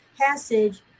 passage